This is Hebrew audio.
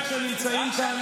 אני שמח שנמצאים כאן,